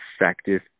effective